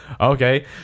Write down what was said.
okay